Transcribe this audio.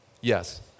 Yes